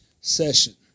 session